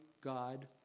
God